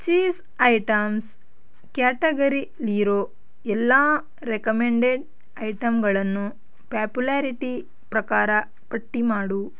cheese items ಕ್ಯಾಟಗರಿಲಿರೋ ಎಲ್ಲ recommended ಐಟಂಗಳನ್ನು ಪ್ಯಾಪ್ಯುಲಾರಿಟಿ ಪ್ರಕಾರ ಪಟ್ಟಿ ಮಾಡು